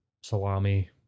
salami